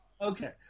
Okay